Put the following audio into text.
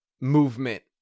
movement